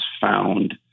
found